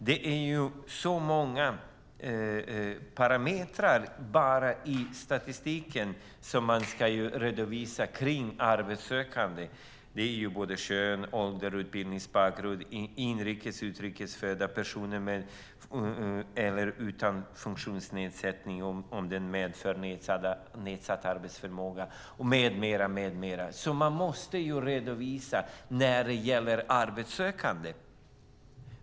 Det är ju så många parametrar bara i statistiken som man ska redovisa kring arbetssökande. Det är kön, ålder och utbildningsbakgrund, inrikes eller utrikes födda personer med eller utan funktionsnedsättning, om den medför nedsatt arbetsförmåga, med mera som man måste redovisa när det gäller arbetssökande.